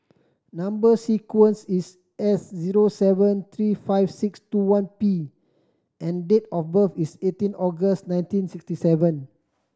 number sequence is S zero seven three five six two one P and date of birth is eighteen August nineteen sixty seven